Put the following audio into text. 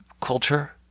culture